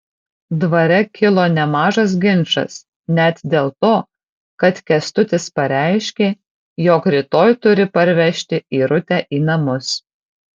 dvare kilo nemažas ginčas net dėl to kad kęstutis pareiškė jog rytoj turi parvežti irutę į namus